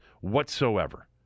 whatsoever